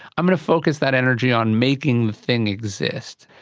i'm going to focus that energy on making the thing exist.